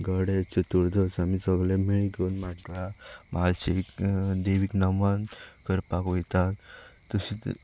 गडे चुर्तुदस आमी सगळे मेळ घेवन माटवांत म्हाळशे देवीक नमन करपाक वयता तशींत